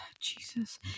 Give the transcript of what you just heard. Jesus